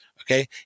Okay